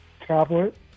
tablet